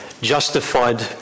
justified